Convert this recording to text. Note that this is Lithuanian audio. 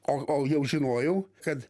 o o jau žinojau kad